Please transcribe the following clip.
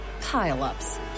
pile-ups